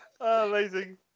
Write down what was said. amazing